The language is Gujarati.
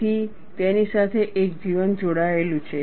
તેથી તેની સાથે એક જીવન જોડાયેલું છે